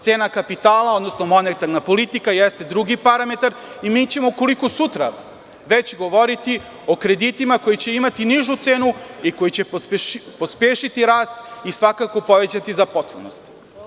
Cena kapitala, odnosno monetarna politika jeste drugi parametar i mi ćemo koliko sutra već govoriti o kreditima koji će imati nižu cenu i koji će pospešiti rast i svakako povećati zaposlenost.